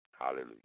Hallelujah